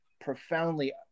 profoundly